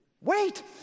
Wait